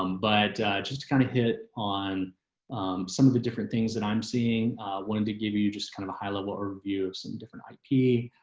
um but just to kind of hit on some of the different things that i'm seeing wanted to give you you just kind of a high level overview of some different like ip.